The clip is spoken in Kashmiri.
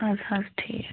اَدٕ حظ ٹھیٖک چھُ